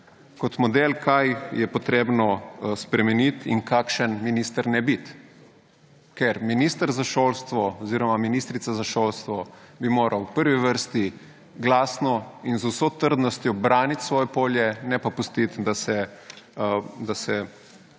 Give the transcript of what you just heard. ,kot model, kaj je treba spremeniti in kakšen minister ne biti. Ker minister za šolstvo oziroma ministrica za šolstvo bi moral v prvi vrsti glasno in z vso trdnostjo braniti svoje polje, ne pa pustiti, da se podreja